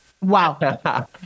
Wow